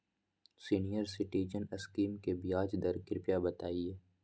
senior citizen scheme के ब्याज दर कृपया बताईं